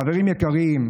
חברים יקרים: